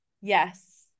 Yes